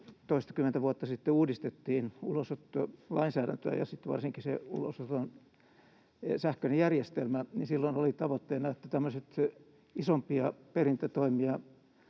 kun toistakymmentä vuotta sitten uudistettiin ulosottolainsäädäntöä ja sitten varsinkin se ulosoton sähköinen järjestelmä, niin silloin oli tavoitteena, että tämmöiset isompia perintätoimia